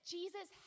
Jesus